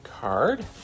card